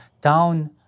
down